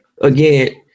Again